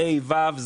ה' ו',